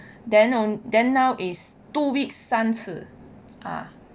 then on~ then now is two weeks 三次 ah